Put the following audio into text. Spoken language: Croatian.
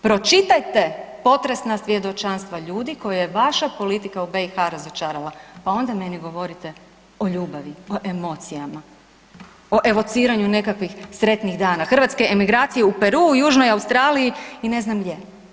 Pročitajte potresna svjedočanstva ljudi koje je vaša politika u BiH razočarala pa onda meni govorite o ljubavi, o emocijama, o evociranju nekakvih sretnih dana, hrvatske emigracije u Peruu, Južnoj Australiji i ne znam gdje.